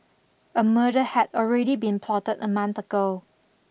a murder had already been plotted a month ago